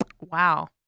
Wow